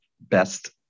best